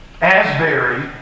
Asbury